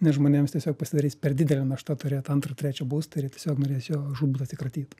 nes žmonėms tiesiog pasidarys per didelė našta turėt antrą trečią būstą ir jie tiesiog norės jo žūtbūt atsikratyt